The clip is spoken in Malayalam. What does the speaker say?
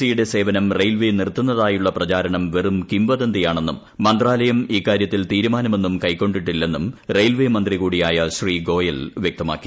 സി യുടെ സേവനം റെയിൽവേ നിർത്തുന്നതായുള്ളിപ്പചാരണം വെറും കിംവദന്തിയാണെന്നും മന്ത്രാലയം ഇക്കാര്യത്തിൽ തീരുമാ്നമൊന്നും കൈക്കൊണ്ടിട്ടില്ലെന്നും റെയിൽവേമന്ത്രി കൂടിയായി ഗ്രീ ഗോയൽ വ്യക്തമാക്കി